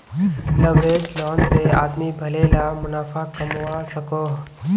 leveraged loan से आदमी भले ला मुनाफ़ा कमवा सकोहो